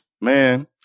Man